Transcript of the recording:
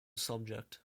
subject